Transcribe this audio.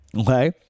Okay